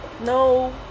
No